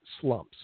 slumps